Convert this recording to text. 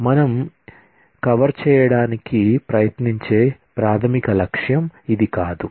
కాని ఇది మనం కవర్ చేయడానికి ప్రయత్నించే ప్రాధమిక లక్ష్యం కాదు